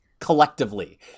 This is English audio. Collectively